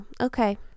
Okay